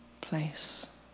place